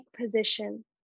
position